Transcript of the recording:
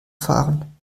fahren